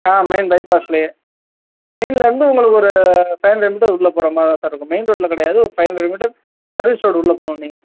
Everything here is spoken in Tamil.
ஆ மெயின் பைபாஸுலயே மெயின்ல இருந்து உங்களுக்கு ஒரு டேர்ன் எடுத்துட்டு உள்ளே போகிற மாதிரி சார் இருக்கும் மெயின் ரோட்ல கிடையாது ஒரு five hundred meter service road உள்ளே போகணும் நீங்கள்